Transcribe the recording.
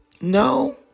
No